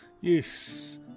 Yes